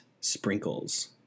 sprinkles